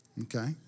Okay